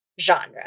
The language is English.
genre